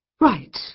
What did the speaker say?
Right